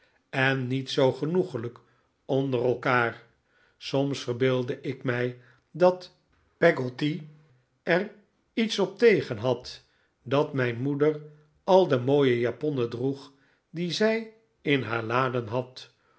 en niet zoo genoeglijk onder elkaar soms verbeeldde ik mij dat peggotty er iets op tegen had dat mijn moeder al de mooie japonnen droeg die zij in haar laden had